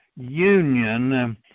union